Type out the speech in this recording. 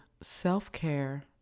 Self-Care